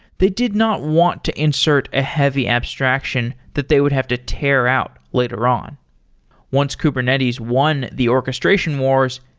they did not want to insert a heavy abstraction that they would have to tear out later on once kubernetes won the orchestration wars,